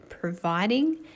providing